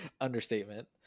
understatement